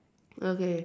okay